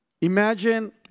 imagine